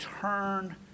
turn